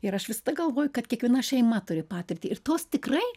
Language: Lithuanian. ir aš visada galvoju kad kiekviena šeima turi patirtį ir tos tikrai